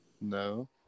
No